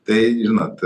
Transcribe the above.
tai žinot